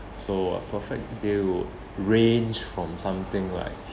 so a perfect day would range from something like